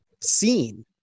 seen